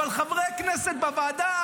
אבל חברי הכנסת בוועדה,